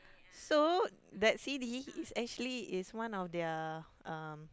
so that C_D is actually is one of their um